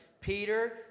Peter